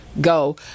go